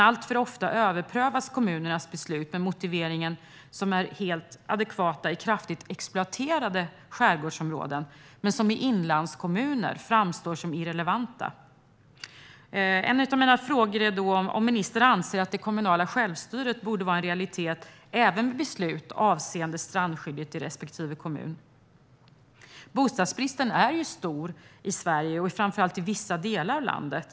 Alltför ofta överprövas kommunernas beslut med motiveringar som är helt adekvata när det gäller kraftigt exploaterade skärgårdsområden men som i inlandskommuner framstår som irrelevanta. En av mina frågor är om ministern anser att det kommunala självstyret borde vara en realitet även i beslut avseende strandskyddet i respektive kommun. Bostadsbristen är ju stor i Sverige, framför allt i vissa delar av landet.